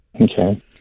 Okay